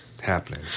happening